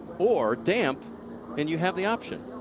or damp and you have the option.